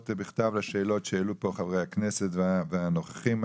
בכתב לשאלות שהעלו פה חברי הכנסת והנוכחים.